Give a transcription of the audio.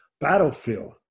battlefield